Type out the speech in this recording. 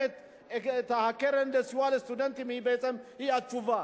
הקרן לסיוע לסטודנטים בעצם היא התשובה.